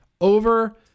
over